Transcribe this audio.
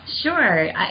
Sure